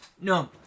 No